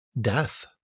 death